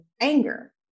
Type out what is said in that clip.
anger